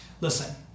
Listen